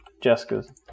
Jessica's